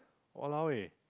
!walao! ah